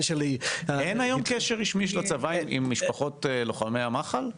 אין היום קשר רשמי של הצבא עם משפחות לוחמי המח"ל?